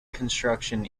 construction